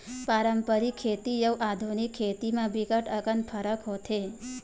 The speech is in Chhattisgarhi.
पारंपरिक खेती अउ आधुनिक खेती म बिकट अकन फरक होथे